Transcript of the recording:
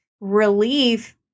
relief